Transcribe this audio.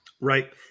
Right